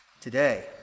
today